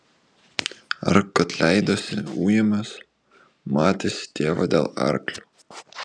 ar kad leidosi ujamas matėsi tėvo dėl arklių